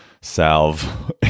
salve